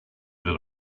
that